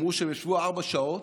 אמרו שהם ישבו ארבע שעות.